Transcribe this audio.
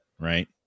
right